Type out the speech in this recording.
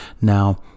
now